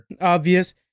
Obvious